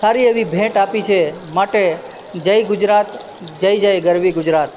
સારી એવી ભેટ આપી છે માટે જય ગુજરાત જય જય ગરવી ગુજરાત